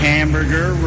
Hamburger